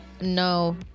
No